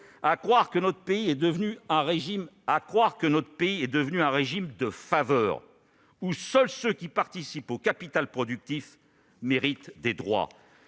À croire que notre pays est devenu un régime de faveur, où seuls ceux qui participent au capital productif méritent des droits.